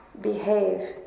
behave